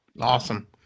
Awesome